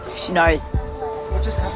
she knows. what just